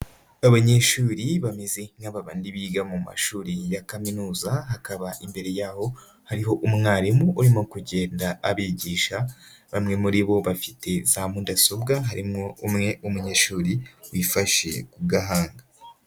Abanyeshuri bameze nka ba bandi biga mu mashuri ya kaminuza, hakaba imbere yaho hariho umwarimu urimo kugenda abigisha, bamwe muri bo bafite za mudasobwa harimo umwe w'umunyeshuri wifashe ku gahanga.